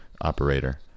operator